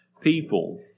people